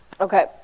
Okay